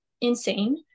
insane